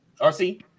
RC